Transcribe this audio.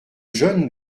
jeune